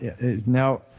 now